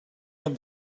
them